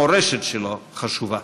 המורשת שלו חשובה.